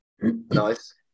Nice